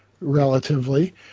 relatively